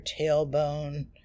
tailbone